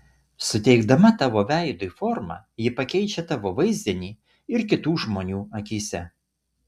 suteikdama tavo veidui formą ji pakeičia tavo vaizdinį ir kitų žmonių akyse